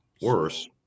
worse